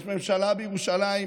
יש ממשלה בירושלים,